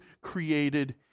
created